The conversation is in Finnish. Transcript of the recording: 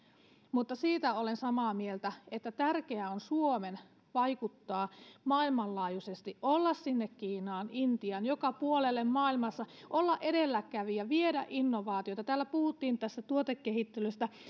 mutta siitä olen samaa mieltä että tärkeää on suomen vaikuttaa maailmanlaajuisesti olla sinne kiinaan intiaan joka puolelle maailmassa olla edelläkävijä viedä innovaatioita täällä puhuttiin tuotekehittelystä